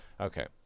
okay